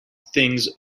things